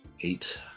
Eight